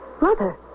Mother